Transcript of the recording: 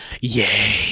Yay